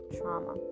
trauma